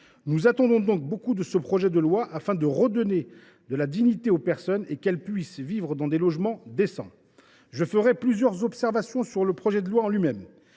Nous attendons donc beaucoup de ce projet de loi : il faut redonner de la dignité aux personnes, il faut qu’elles puissent vivre dans des logements décents. Je ferai plusieurs observations sur le projet de loi en lui même.